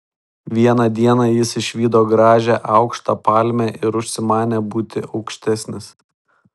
vieną dieną jis išvydo gražią aukštą palmę ir užsimanė būti aukštesnis